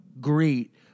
great